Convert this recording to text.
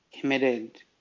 committed